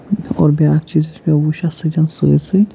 اور بیٛاکھ چیٖز یُس مےٚ وُچھ اَتھ سۭتٮ۪ن سۭتۍ سۭتۍ